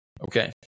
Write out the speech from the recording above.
okay